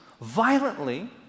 violently